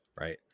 right